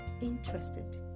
interested